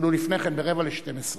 אפילו לפני כן, ב-11:45.